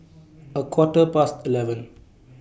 A Quarter Past eleven